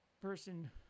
person